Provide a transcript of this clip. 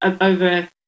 over